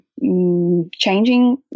changing